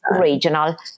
regional